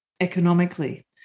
economically